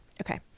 okay